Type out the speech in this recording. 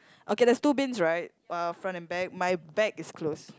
okay there's two bins right uh front and back my back is closed